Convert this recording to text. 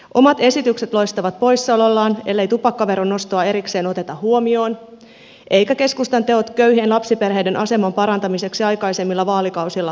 omat esitykset loistavat poissaolollaan ellei tupakkaveron nostoa erikseen oteta huomioon eivätkä keskustan teot köyhien lapsiperheiden aseman parantamiseksi aikaisemmilla vaalikausilla vakuuta